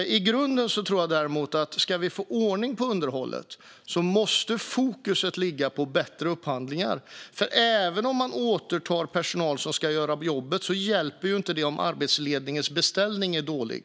I grunden tror jag däremot att om vi ska få ordning på underhållet måste fokus ligga på bättre upphandlingar. Att återta personal som ska göra jobbet hjälper inte om arbetsledningens beställning är dålig.